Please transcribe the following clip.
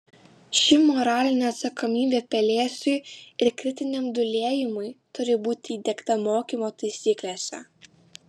ši moralinė atsakomybė pelėsiui ir kritiniam dūlėjimui turi būti įdiegta mokymo taisyklėse